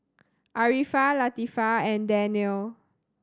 Arifa Latifa and Daniel